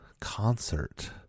concert